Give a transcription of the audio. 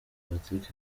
patrick